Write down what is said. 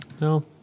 No